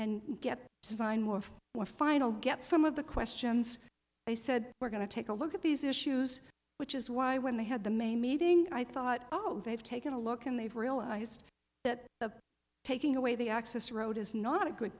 and get designed more for one final get some of the questions they said we're going to take a look at these issues which is why when they had the may meeting i thought oh they've taken a look and they've realised that the taking away the access road is not a good